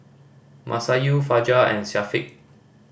Masayu Fajar and Syafiq